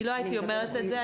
אני לא הייתי אומרת את זה,